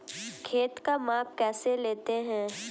खेत का माप कैसे लेते हैं?